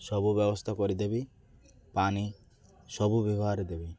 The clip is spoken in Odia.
ସବୁ ବ୍ୟବସ୍ଥା କରିଦେବି ପାଣି ସବୁ ବ୍ୟବହାର ଦେବି